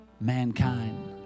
mankind